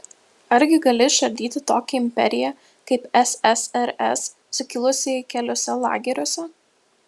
argi gali išardyti tokią imperiją kaip ssrs sukilusieji keliuose lageriuose